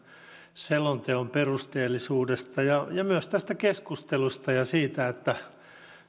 selonteon perusteellisuudesta ja ja myös tästä keskustelusta ja siitä että